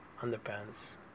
underpants